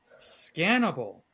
scannable